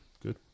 Good